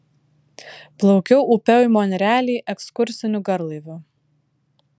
plaukiau upe į monrealį ekskursiniu garlaiviu